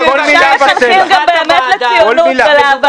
שמפעילה פנימייה וכולי?